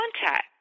contact